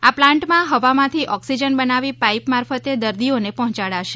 આ પ્લાન્ટમાં હવામાંથી ઓક્સિજન બનાવી પાઈપ મારફતે દર્દીઓને પહોંચાડાશે